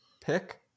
pick